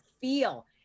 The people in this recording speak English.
feel